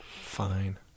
Fine